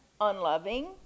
unloving